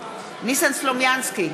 נגד ניסן סלומינסקי,